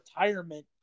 retirement